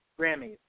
Grammys